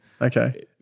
Okay